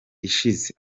ishize